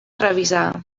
revisar